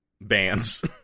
bands